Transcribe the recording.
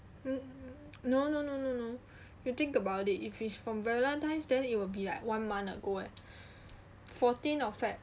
mm no no no no you think about it if it's on valentine's then it will be like one month ago eh fourteen of feb~